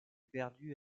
perdu